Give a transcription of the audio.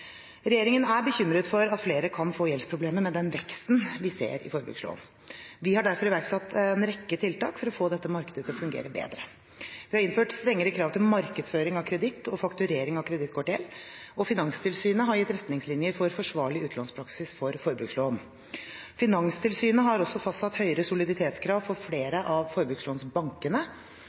Regjeringen er bekymret for at flere kan få gjeldsproblemer med den veksten vi ser i forbrukslån. Vi har derfor iverksatt en rekke tiltak for å få dette markedet til å fungere bedre. Vi har innført strengere krav til markedsføring av kreditt og fakturering av kredittkortgjeld, og Finanstilsynet har gitt retningslinjer for forsvarlig utlånspraksis for forbrukslån. Finanstilsynet har også fastsatt høyere soliditetskrav for flere av forbrukslånsbankene.